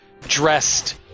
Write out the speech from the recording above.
dressed